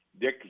Dick